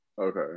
okay